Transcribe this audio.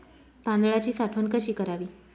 तांदळाची साठवण कशी करावी?